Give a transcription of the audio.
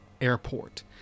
Airport